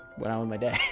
well, in my day